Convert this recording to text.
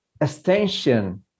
extension